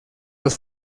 los